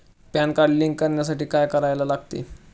Pan card link करण्यासाठी काय करायला लागते?